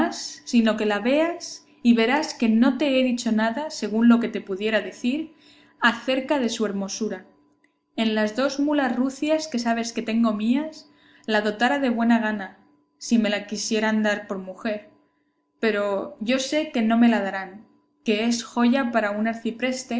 sino que la veas y verás que no te he dicho nada según lo que te pudiera decir acerca de su hermosura en las dos mulas rucias que sabes que tengo mías la dotara de buena gana si me la quisieran dar por mujer pero yo sé que no me la darán que es joya para un